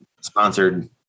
Sponsored